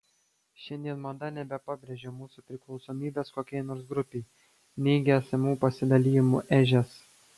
šiandien mada nebepabrėžia mūsų priklausomybės kokiai nors grupei neigia esamų pasidalijimų ežias